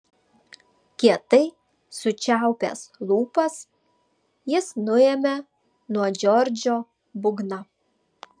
kietai sučiaupęs lūpas jis nuėmė nuo džordžo būgną